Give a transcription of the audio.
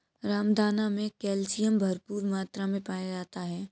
रामदाना मे कैल्शियम भरपूर मात्रा मे पाया जाता है